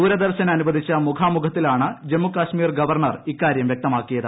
ദൂരദർശന് അനുവദിച്ച മുഖാമുഖത്തിലാണ് ജമ്മുകാശ്മീർ ഗവർണർ ഇക്കാര്യം വ്യക്തമാക്കിയത്